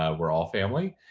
ah we're all family.